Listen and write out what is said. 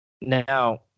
now